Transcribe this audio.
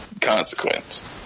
Consequence